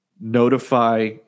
notify